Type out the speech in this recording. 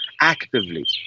actively